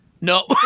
No